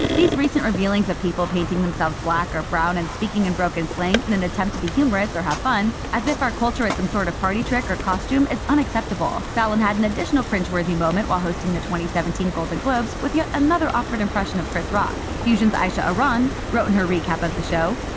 these recent revealings of people painting themselves black or brown and speaking in broken slang in an attempt to be humorous or have fun as if our culture is some sort of party trick or costume is unacceptable. fallon had an additional cringeworthy moment while hosting the seventeen golden globes with yet another awkward impression of chris rock. fusion's isha aran wrote in her recap of the show,